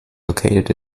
located